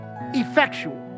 effectual